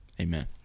amen